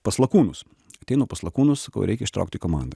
pas lakūnus ateinu pas lakūnus sakau reikia ištraukti komandą